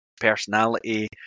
personality